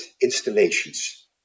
installations